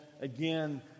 again